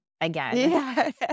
again